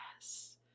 Yes